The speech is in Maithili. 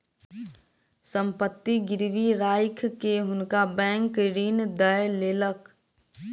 संपत्ति गिरवी राइख के हुनका बैंक ऋण दय देलक